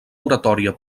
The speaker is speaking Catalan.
oratòria